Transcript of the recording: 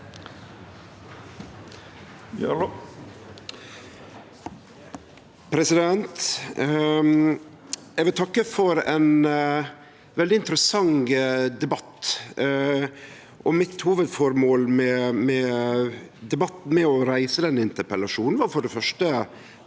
Eg vil takke for ein veldig interessant debatt. Mitt hovudføremål med å reise denne interpellasjonen var for det fyrste